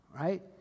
right